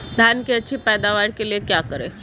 धान की अच्छी पैदावार के लिए क्या करें?